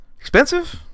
Expensive